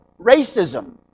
racism